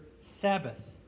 Sabbath